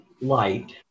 light